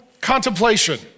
contemplation